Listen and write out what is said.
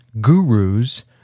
gurus